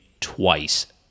twice